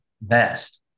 best